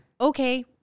okay